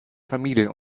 familien